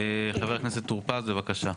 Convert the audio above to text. חבר הכנסת טור פז, בבקשה.